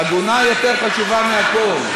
עגונה, אמרת לי את שעגונה אחת יותר חשובה מהכול.